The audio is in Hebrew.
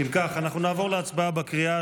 אפשר להצביע.